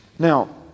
Now